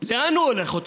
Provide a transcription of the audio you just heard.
לאן הוא הולך?